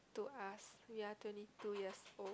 to us we are twenty two years old